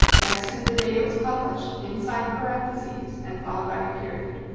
next is the date it was published, inside parentheses, and followed by a period.